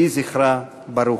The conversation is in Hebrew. יהי זכרה ברוך.